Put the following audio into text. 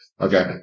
okay